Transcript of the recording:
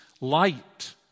light